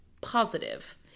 positive